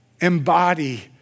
embody